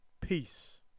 Peace